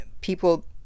people